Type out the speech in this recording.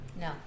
No